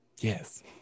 yes